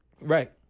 Right